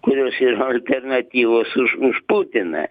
kurios yra alternatyvos už už putiną